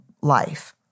life